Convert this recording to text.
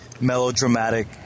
melodramatic